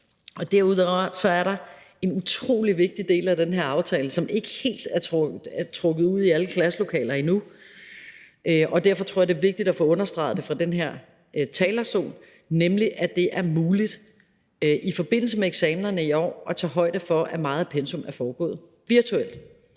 Derudover er der en utrolig vigtig del af den her aftale, som ikke helt er nået ud i alle klasselokaler endnu, og derfor tror jeg, at det er vigtigt at få understreget fra den her talerstol, at det i forbindelse med eksamenerne i år er muligt at tage højde for, at meget af pensum er gennemgået virtuelt.